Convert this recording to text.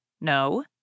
No